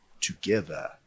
together